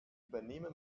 übernehme